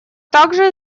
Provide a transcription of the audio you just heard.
также